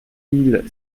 mille